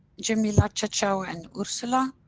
jamila, chaoao, and ursula.